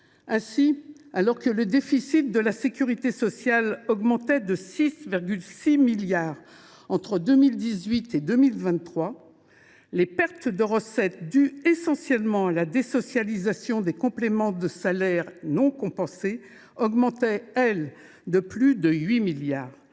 Ainsi, alors que le déficit de la sécurité sociale augmentait de 6,6 milliards entre 2018 et 2023, les pertes de recettes dues essentiellement à la désocialisation des compléments de salaire non compensés augmentaient, elles, de plus de 8 milliards.